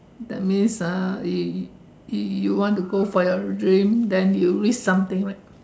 that means ah you you you you want to go for your dream then you risk something right